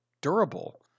durable